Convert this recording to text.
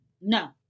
No